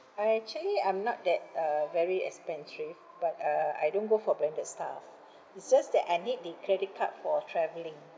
I actually I'm not that uh very a spendthrift but uh I don't go for branded stuff it's just that I need the credit card for travelling